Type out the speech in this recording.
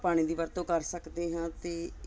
ਪਾਣੀ ਦੀ ਵਰਤੋਂ ਕਰ ਸਕਦੇ ਹਾਂ ਅਤੇ